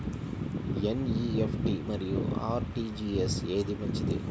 NEFT మరియు RTGS ఏది మంచిది?